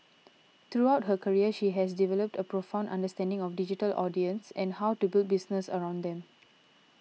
throughout her career she has developed a profound understanding of digital audiences and how to build businesses around them